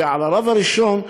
ועל הרב הראשון,